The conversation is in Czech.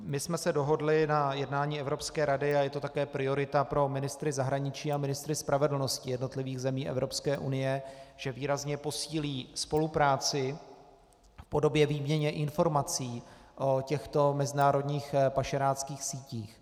My jsme se dohodli na jednání Evropské rady, a je to také priorita pro ministry zahraničí a ministry spravedlnosti jednotlivých zemí Evropské unie, že výrazně posílí spolupráci v podobě výměny informací o těchto mezinárodních pašeráckých sítích.